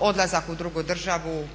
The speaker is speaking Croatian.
odlazak u drugu državu,